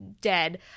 dead